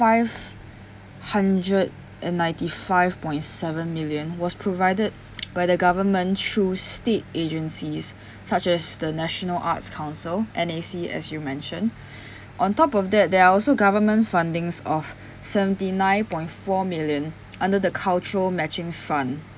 five hundred and ninety five point seven million was provided by the government through state agencies such as the national arts council N_A_C as you mentioned on top of that there are also government fundings of seventy nine point four million under the cultural matching fund